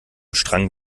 strang